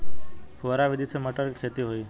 फुहरा विधि से मटर के खेती होई